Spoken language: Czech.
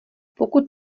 pokud